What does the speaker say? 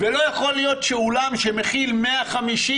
ולא יכול להיות שאולם שמכיל מקום ל-150